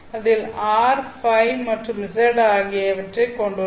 அதில் r ϕ மற்றும் z ஆகியவற்றைக் கொண்டுள்ளன